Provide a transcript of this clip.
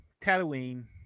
Tatooine